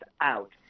out